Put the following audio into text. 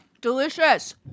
Delicious